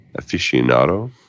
aficionado